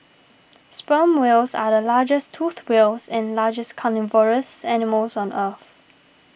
sperm whales are the largest toothed whales and largest carnivorous animals on earth